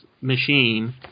machine